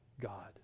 God